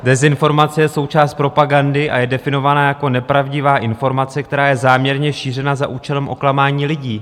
Dezinformace je součást propagandy a je definovaná jako nepravdivá informace, která je záměrně šířena za účelem oklamání lidí.